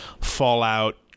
fallout